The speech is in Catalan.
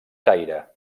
caire